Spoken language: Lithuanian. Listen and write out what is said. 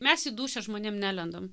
mes į dūšią žmonėm nelendam